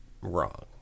wrong